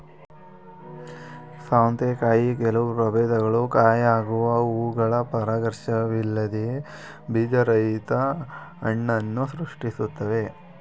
ಸೌತೆಕಾಯಿಯ ಕೆಲವು ಪ್ರಭೇದಗಳು ಕಾಯಾಗುವ ಹೂವುಗಳು ಪರಾಗಸ್ಪರ್ಶವಿಲ್ಲದೆಯೇ ಬೀಜರಹಿತ ಹಣ್ಣನ್ನು ಸೃಷ್ಟಿಸ್ತವೆ